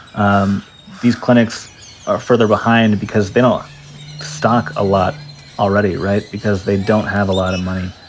um these clinics are further behind because they don't stock a lot already, right? because they don't have a lot of money.